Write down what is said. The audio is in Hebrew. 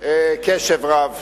קשב רב,